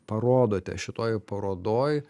parodote šitoj parodoj